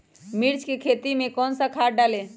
मिर्च की खेती में कौन सा खाद डालें?